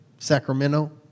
Sacramento